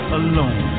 alone